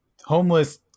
homeless